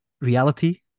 reality